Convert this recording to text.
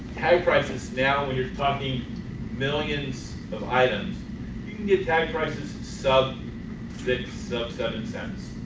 high prices now when you're talking millions of items you can get tag prices and sub-sub seven cents,